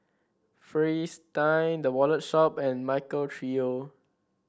Fristine The Wallet Shop and Michael Trio